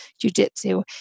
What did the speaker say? Jiu-Jitsu